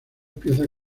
pieza